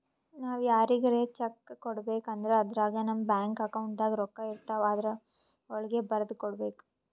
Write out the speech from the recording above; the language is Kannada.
ನಾವ್ ಯಾರಿಗ್ರೆ ಚೆಕ್ಕ್ ಕೊಡ್ಬೇಕ್ ಅಂದ್ರ ಅದ್ರಾಗ ನಮ್ ಬ್ಯಾಂಕ್ ಅಕೌಂಟ್ದಾಗ್ ರೊಕ್ಕಾಇರ್ತವ್ ಆದ್ರ ವಳ್ಗೆ ಬರ್ದ್ ಕೊಡ್ಬೇಕ್